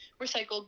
recycled